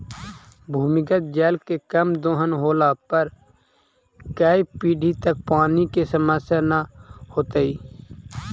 भूमिगत जल के कम दोहन होला पर कै पीढ़ि तक पानी के समस्या न होतइ